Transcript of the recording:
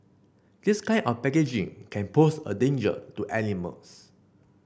this kind of packaging can pose a danger to animals